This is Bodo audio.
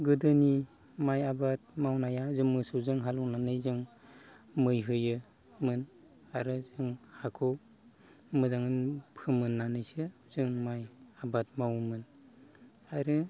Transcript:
गोदोनि माइ आबाद मावनाया जों मोसौजों हालौनानै जों मै होयोमोन आरो जों हाखौ मोजां फोमोन्नानैसो जों माइ आबाद मावोमोन आरो